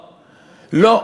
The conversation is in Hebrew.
לא.